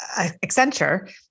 Accenture